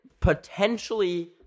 potentially